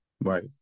Right